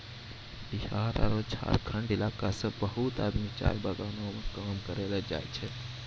बिहार आरो झारखंड इलाका सॅ बहुत आदमी चाय बगानों मॅ काम करै ल जाय छै